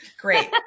Great